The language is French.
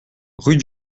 rue